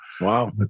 Wow